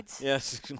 Yes